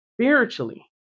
spiritually